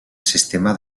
sistema